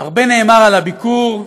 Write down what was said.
הרבה נאמר על הביקור.